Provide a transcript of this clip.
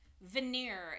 veneer